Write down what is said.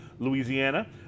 Louisiana